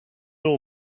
all